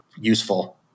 useful